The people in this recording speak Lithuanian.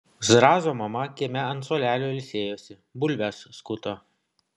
zrazo mama kieme ant suolelio ilsėjosi bulves skuto